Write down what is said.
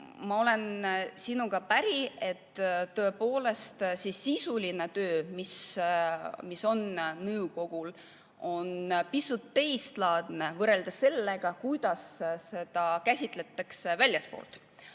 olen ma sinuga päri, et tõepoolest see sisuline töö, mis on nõukogul, on pisut teiselaadne, võrreldes sellega, kuidas seda käsitletakse väljastpoolt.